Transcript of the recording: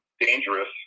dangerous